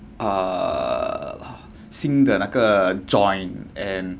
err 新的那个 joint and